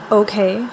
okay